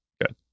good